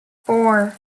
four